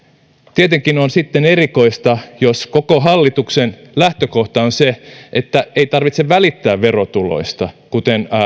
tietenkin on sitten erikoista jos koko hallituksen lähtökohta on se että ei tarvitse välittää verotuloista kuten